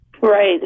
Right